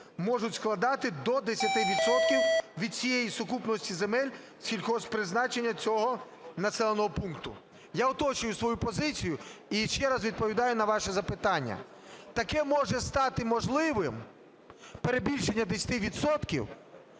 можуть складати до 10 відсотків від всієї сукупності земель сільгосппризначення цього населеного пункту. Я уточнюю свою позицію і ще раз відповідаю на ваше запитання. Таке може стати можливим, перебільшення 10